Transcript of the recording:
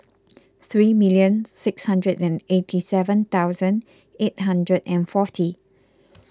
three million six hundred and eighty seven thousand eight hundred and forty